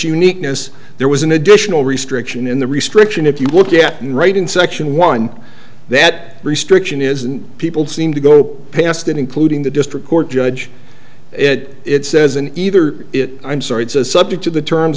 uniqueness there was an additional restriction in the restriction if you look at and write in section one that restriction is and people seem to go past it including the district court judge it it says an either it i'm sorry it's a subject to the terms